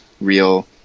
real